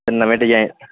ਨਵੇਂ ਡਿਜ਼ਾਈਨ